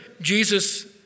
Jesus